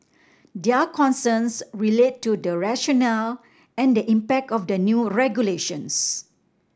their concerns relate to the rationale and the impact of the new regulations